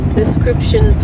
description